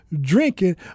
drinking